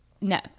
no